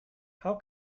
how